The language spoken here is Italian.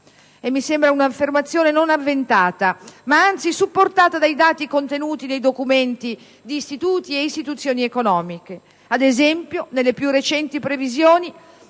e mi sembra un'affermazione non avventata, ma anzi supportata dai dati contenuti nei documenti di istituti e istituzioni economiche. Ad esempio, nelle più recenti previsioni,